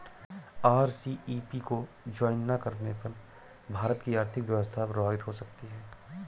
RCEP को join ना करने पर भारत की आर्थिक व्यवस्था प्रभावित हो सकती है